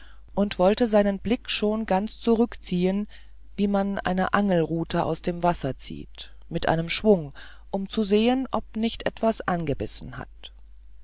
und wollte seinen blick schon ganz zurückziehen wie man eine angelrute aus dem wasser zieht mit einem schwung um zu sehen ob nicht etwas angebissen hat